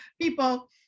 people